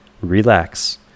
relax